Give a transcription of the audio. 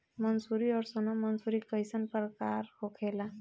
मंसूरी और सोनम मंसूरी कैसन प्रकार होखे ला?